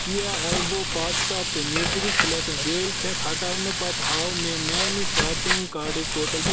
کییا elbow pasta تہٕ نیوٗٹرِوِش flakes بیٲلۍ پھٮ۪کھ ہٹاو تہٕ پتہٕ ہاو مےٚ میانہِ شاپنگ کارٹٕچ ٹوٹل بِل